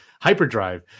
hyperdrive